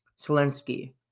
Zelensky